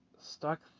stuck